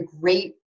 great